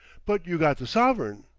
but you got the sovereign?